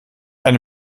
eine